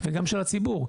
וגם של הציבור.